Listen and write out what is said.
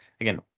again